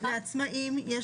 זה